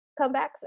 comebacks